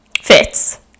fits